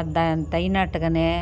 అది దానికి తగినట్టుగానే